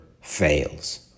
fails